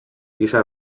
giza